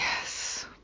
Yes